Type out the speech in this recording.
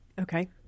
Okay